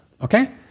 Okay